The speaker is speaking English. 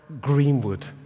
Greenwood